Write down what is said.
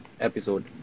episode